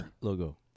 logo